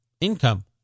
income